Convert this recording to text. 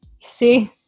See